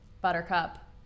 Buttercup